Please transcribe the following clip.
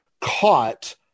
caught